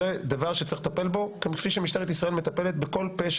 זה דבר שצריך לטפל בו כפי שמשטרת ישראל מטפלת בכל פשע,